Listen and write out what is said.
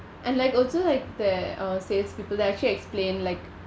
and like also like their uh salespeople they actually explain like